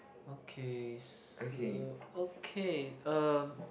okay okay um